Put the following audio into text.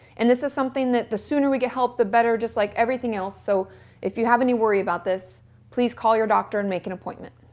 and this is something that the sooner we get help the better just like everything else, so if you have any worry this please call your doctor and make an appointment.